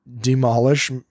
demolish